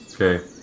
okay